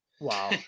wow